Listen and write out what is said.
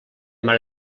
mare